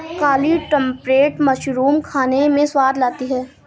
काली trumpet mushroom खाने में स्वाद लाती है